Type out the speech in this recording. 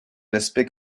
l’aspect